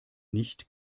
nicht